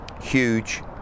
huge